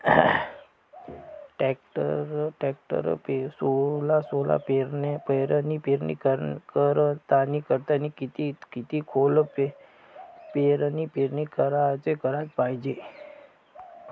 टॅक्टरनं सोला पेरनी करतांनी किती खोल पेरनी कराच पायजे?